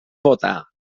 votar